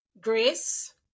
Grace